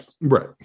right